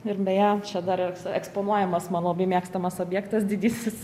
ir beje čia dar eksponuojamas man labai mėgstamas objektas didysis